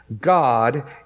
God